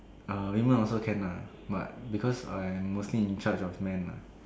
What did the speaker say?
uh women also can lah but because I am working in charge of men lah